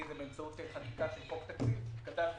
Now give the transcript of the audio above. באמצעות חקיקת חוק תקציב כדת וכדין,